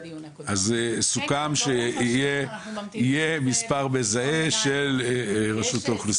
אז סוכם שיהיה מספר מזהה של רשות האוכלוסין.